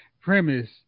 premise